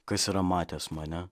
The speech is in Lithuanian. kas yra matęs mane